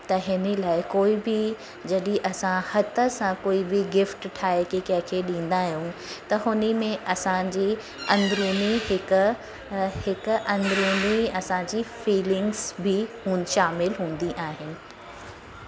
त हिन लाइ कोई बि जॾहिं असां हथ सां कोई बि गिफ्ट ठाहे के कंहिंखे ॾींदा आहियूं त हुन में असांजी अंदरूनी हिकु हिकु अंदरूनी असांजी फिलिंग्स बि हू शामिल हूंदी आहिनि